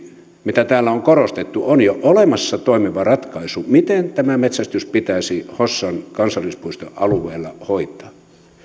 mitä täällä on on korostettu on jo olemassa toimiva ratkaisu miten tämä metsästys pitäisi hossan kansallispuiston alueella hoitaa